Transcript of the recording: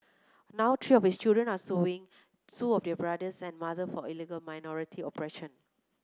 now three of his children are suing sue of their brothers and mother for minority oppression